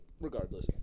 Regardless